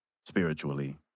spiritually